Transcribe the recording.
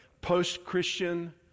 post-Christian